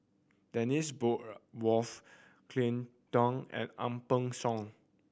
Dennis Bloodworth Cleo Thang and Ang Peng Siong